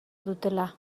dutela